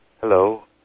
Hello